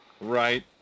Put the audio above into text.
Right